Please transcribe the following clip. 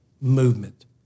Movement